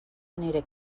aniré